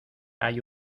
hay